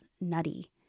nutty